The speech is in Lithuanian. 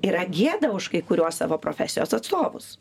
yra gėda už kai kuriuos savo profesijos atstovus